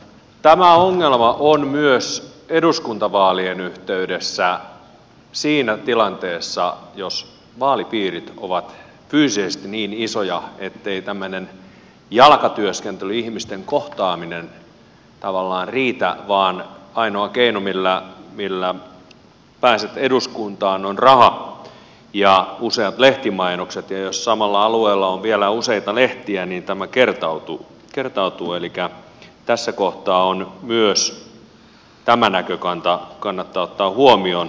tämä ongelma on myös eduskuntavaalien yhteydessä siinä tilanteessa jos vaalipiirit ovat fyysisesti niin isoja ettei tämmöinen jalkatyöskentely ihmisten kohtaaminen tavallaan riitä vaan ainoa keino millä pääset eduskuntaan on raha ja useat lehtimainokset ja jos samalla alueella on vielä useita lehtiä niin tämä kertautuu elikä tässä kohtaa myös tämä näkökanta kannattaa ottaa huomioon